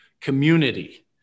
community